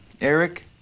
Eric